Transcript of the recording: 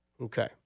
Okay